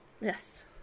Yes